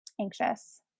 anxious